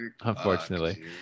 Unfortunately